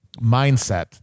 mindset